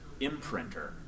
imprinter